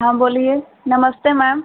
हाँ बोलिए नमस्ते मैम